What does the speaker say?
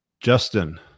Justin